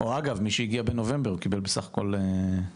או אגב, מי שהגיע בנובמבר קיבל בסך הכול חודש.